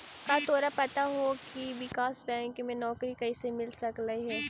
का तोरा पता हो की विकास बैंक में नौकरी कइसे मिल सकलई हे?